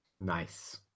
Nice